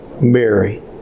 Mary